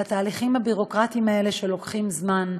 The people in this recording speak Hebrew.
והתהליכים הביורוקרטיים האלה לוקחים זמן: